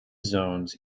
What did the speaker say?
zones